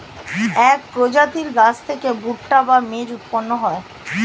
এক প্রজাতির গাছ থেকে ভুট্টা বা মেজ উৎপন্ন হয়